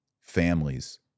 families